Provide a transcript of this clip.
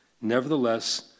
Nevertheless